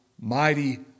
mighty